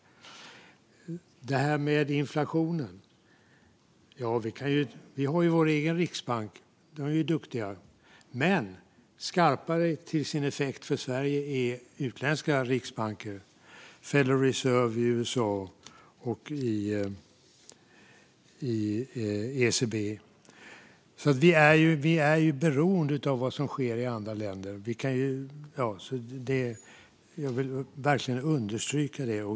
När det gäller inflationen har vi vår egen duktiga riksbank. Men skarpare i sin effekt för Sverige är utländska riksbanker, som Federal Reserve i USA och ECB. Vi är beroende av vad som sker i andra länder. Jag vill verkligen understryka det.